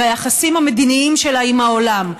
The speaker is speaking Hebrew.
ביחסים המדיניים שלה עם העולם.